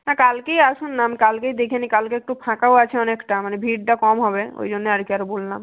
না কালকেই আসুন না আমি কালকেই দেখে নিই কালকে একটু ফাঁকাও আছে অনেকটা মানে ভিড়টা কম হবে ওই জন্য আর কি আরও বললাম